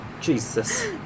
Jesus